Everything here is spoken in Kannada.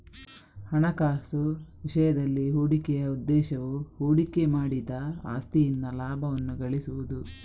ಹಣಕಾಸು ವಿಷಯದಲ್ಲಿ, ಹೂಡಿಕೆಯ ಉದ್ದೇಶವು ಹೂಡಿಕೆ ಮಾಡಿದ ಆಸ್ತಿಯಿಂದ ಲಾಭವನ್ನು ಗಳಿಸುವುದು